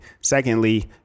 secondly